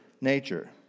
nature